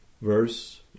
verse